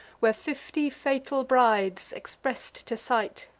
where fifty fatal brides, express'd to sight,